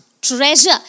treasure